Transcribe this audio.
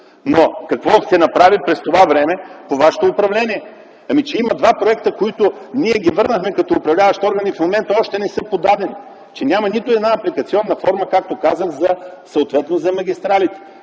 Но какво се направи през това време по вашето управление? Има два проекта, които ние върнахме като управляващ орган и в момента още не са подадени, няма нито една апликационна форма за магистралите